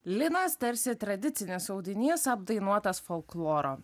linas tarsi tradicinis audinys apdainuotas folkloro